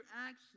actions